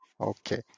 Okay